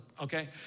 Okay